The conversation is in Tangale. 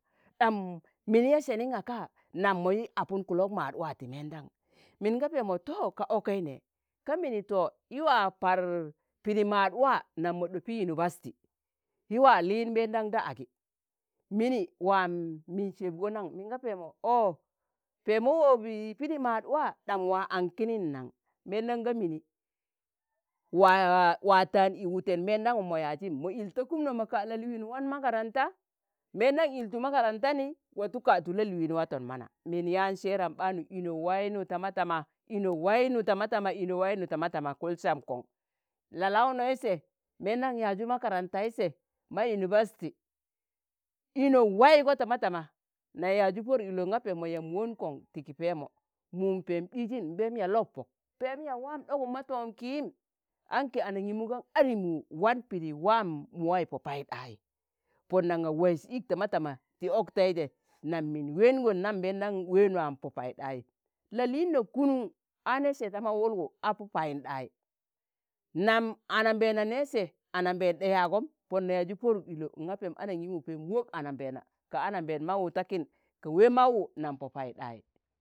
ɗam mini ya senin ngaka, nam mo yi apun kulok ma̱ad waa ti meendan? min ga peemo to! ka okai ne, ka mini to yi waa par pidi ma̱ad waa nam mo ɗopi unibasti, yi waa liin nbeendam da agi mini waa min Sebgo nan? min ga Peemo ọ Peemo wọbi Pidi ma̱ad waa ɗam waa ank kinin nan? meendam ga mini waa waa tan i wuten mbeendayim mo yazim, mo il ta kumno mo ka la lịinum wan makaranta, mbeendam iltu makaranta ni, watu katu lalịin waton mana min yaan seeram ɓaanu ino wainu tama tama, ino wainu tama tama, lno wainu tama tama, kul sam kon la launoi se meendan ya̱azu makarantei se, ma unibasti, ino waigo tama tama na yaazu poduk ɗilo nga peemo yamb won kon ti ki peemo, mum peem ɗiizin peem yaa lop pok, peem yaa waam ɗogum ma to̱om kiim, anki anangimu gan adi mu wan pidi, waam muwai po paiɗai, pon nan ga waiz ik tama tama ti oktai je nam min waigon nam mbeedan ween na mo paiɗayi. la lịinno kunun ane se da ma wulwu apo payinɗai, nam anambeena ne se, anambeen ɗa yagom pon na yaji poduk ɗilo, nga pemo anangimu pem wok anambeena ka anambeena mawwu takin ka wai mauwo nam po paiɗai.